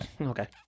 Okay